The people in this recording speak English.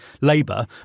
Labour